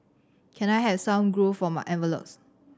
can I have some glue for my envelopes